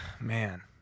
man